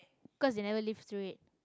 cause they never live through it